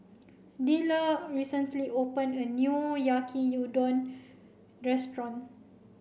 Dellar recently opened a new Yaki Udon Restaurant